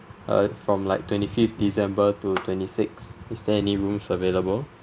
uh from like twenty fifth december two twenty sixth is there any rooms available